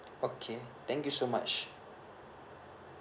okay thank you so much